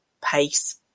pace